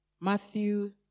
Matthew